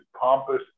pompous